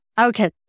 okay